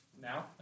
Now